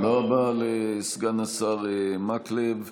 תודה רבה לסגן השרה מקלב.